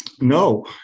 No